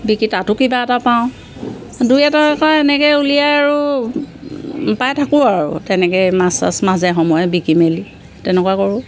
বিকি তাতো কিবা এটা পাওঁ দুই এটা এটকা এনেকে উলিয়াই আৰু পাই থাকোঁ আৰু তেনেকেই মাছ চাছ মাজে সময়ে বিকি মেলি তেনেকুৱা কৰোঁ